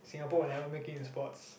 Singapore will never make it in sports